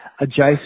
adjacent